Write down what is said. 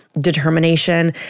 determination